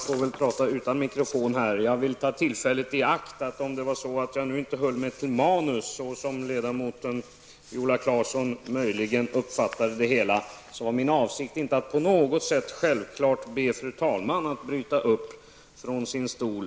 Fru talman! Jag vill ta tillfället i akt att påtala att även om jag inte höll mig till manus, så som ledamoten Viola Claesson möjligen uppfattade det hela, var min avsikt självfallet inte att på något sätt be fru talmannen att bryta upp från sin stol.